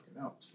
out